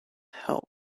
help